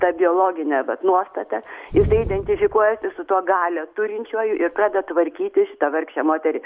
ta biologine vat nuostata jisai identifikuojasi tuo galią turinčiuoju ir pradeda tvarkyti šitą vargšę moterį